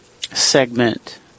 segment